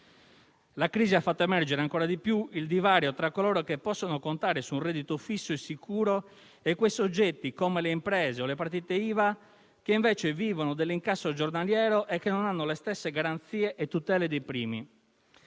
La crisi ha fatto emergere ancora di più il divario tra coloro che possono contare su un reddito fisso e sicuro e quei soggetti, come le imprese o le partite IVA, che invece vivono dell'incasso giornaliero e non hanno le stesse garanzie e tutele dei primi.